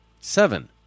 Seven